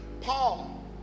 Paul